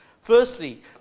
firstly